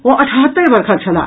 ओ अठहत्तरि वर्षक छलाह